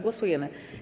Głosujemy.